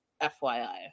FYI